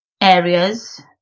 areas